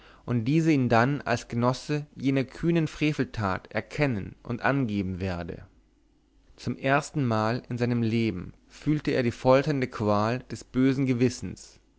und dieser ihn dann als genosse jener kühnen freveltat erkennen und angeben werde zum erstenmal in seinem leben fühlte er die folternde qual des bösen gewissens